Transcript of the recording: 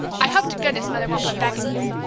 i hope to goodness mother won't put beck in here.